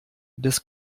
des